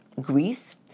Greece